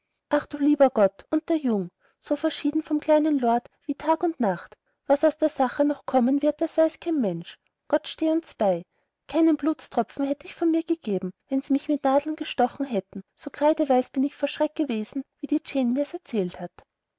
ach du lieber gott und der jung so verschieden vom kleinen lord wie tag und nacht was aus der sache noch kommen wird das weiß kein mensch gott steh uns bei keinen blutstropfen hätt ich von mir gegeben wenn sie mich mit nadeln gestochen hätten so kreideweiß bin ich vor schreck gewesen wie die jane mir's erzählt hat